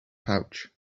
pouch